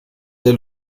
der